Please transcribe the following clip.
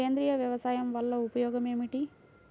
సేంద్రీయ వ్యవసాయం వల్ల ఉపయోగం ఏమిటి?